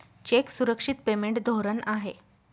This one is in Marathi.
चेक सुरक्षित पेमेंट धोरण आहे